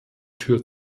tür